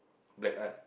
black art